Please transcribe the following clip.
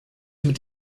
mit